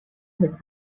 his